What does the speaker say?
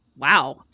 wow